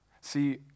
See